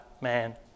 man